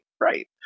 Right